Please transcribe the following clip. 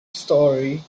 story